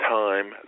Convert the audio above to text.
time